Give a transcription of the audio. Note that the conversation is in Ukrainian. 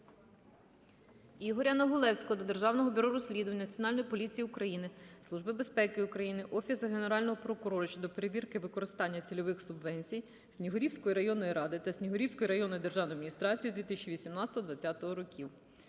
Ігоря Негулевського до Державного бюро розслідувань, Національної поліції України, Служби безпеки України, Офісу Генерального прокурора щодо перевірки використання цільових субвенцій Снігурівської районної ради та Снігурівської районної державної адміністрації з 2018-2020 рр.